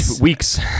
weeks